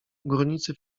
górnicy